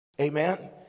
Amen